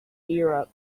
europe